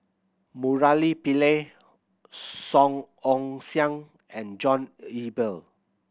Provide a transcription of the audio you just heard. Murali Pillai Song Ong Siang and John Eber